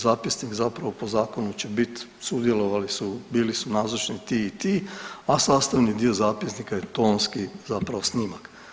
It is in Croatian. Zapisnik zapravo po zakonu će bit, sudjelovali su, bili su nazočni ti i ti, a sastavni dio zapisnika je tonski zapravo snimak.